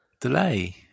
Delay